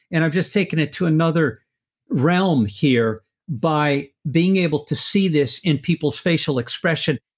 and i've just taken it to another realm here by being able to see this in people's facial expression,